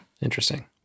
Interesting